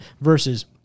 versus